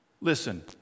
Listen